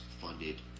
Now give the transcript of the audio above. funded